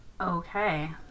Okay